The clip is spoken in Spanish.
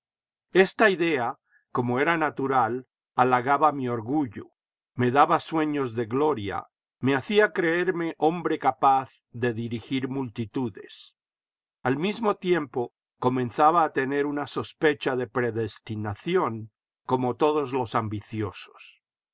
esta idea como era natural halagaba mi orgullo me daba sueños de gloria me hacía creerme hombre capaz de dirigir multitudes al mismo tiempo comenzaba a tener una sospecha de predestinación como todos los ambiciosos